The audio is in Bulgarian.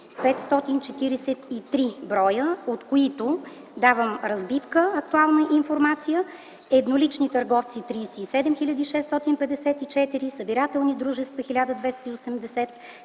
543 броя, от които (давам в разбивка актуална информация) еднолични търговци – 37 хил. 654, събирателни дружества – 1280,